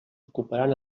ocuparan